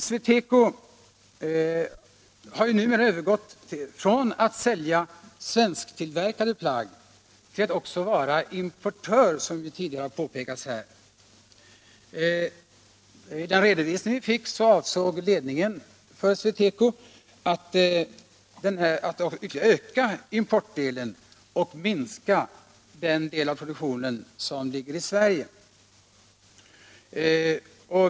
SweTeco har numera övergått från att sälja svensktillverkade plagg till att också vara importör, som tidigare har påpekats här. Enligt den redovisning vi fick avsåg ledningen för SweTeco att ytterliga öka importdelen och minska den del av produktionen som ligger i Sverige.